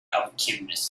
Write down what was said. alchemist